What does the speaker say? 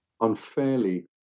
unfairly